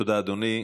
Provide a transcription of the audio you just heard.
תודה, אדוני.